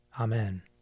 Amen